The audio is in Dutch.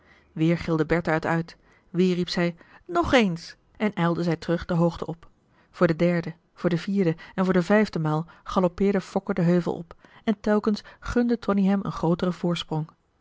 weer gilde bertha het uit weer riep zij nog eens en ijlde zij terug de hoogte op voor de derde voor de vierde en voor de vijfde maal galoppeerde fokke den heuvel op en telkens gunde tonie hem een grooteren voorsprong